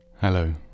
Hello